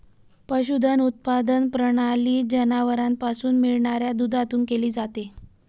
पशुधन उत्पादन प्रणाली जनावरांपासून मिळणाऱ्या दुधातून केली जाते